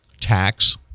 tax